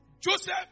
Joseph